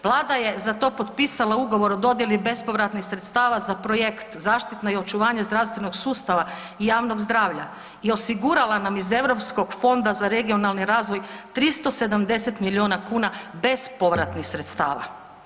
Vlada je za to potpisala ugovor o dodjeli bespovratnih sredstava za projekt zaštita i očuvanje zdravstvenog sustava i javnog zdravlja i osigurala nam iz EU fonda za regionalni razvoj 370 milijuna kuna bespovratnih sredstava.